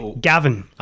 Gavin